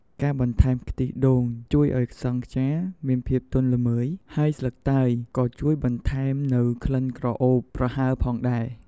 ការបន្ថែម ខ្ទិះដូងជួយឲ្យសង់ខ្យាមានសភាពទន់ល្មើយ ហើយស្លឹកតើយក៏ជួយបន្ថែមនូវក្លិនក្រអូបប្រហើរផងដែរ។